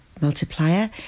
multiplier